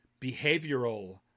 behavioral